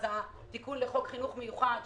התיקון לחוק חינוך מיוחד,